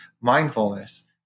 mindfulness